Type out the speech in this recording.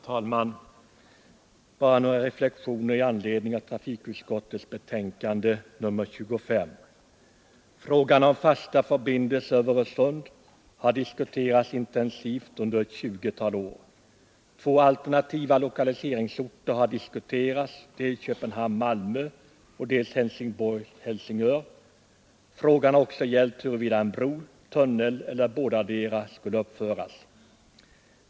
Herr talman! Bara några reflexioner med anledning av trafikutskottets betänkande nr 25. Frågan om fasta förbindelser över Öresund har diskuterats intensivt under ett tjugotal år. Två alternativa sträckningar har diskuterats, nämligen dels Köpenhamn-—Malmö, dels Helsingborg— Helsingör. Frågan har också gällt huruvida en bro, en tunnel eller båda delarna skulle utföras.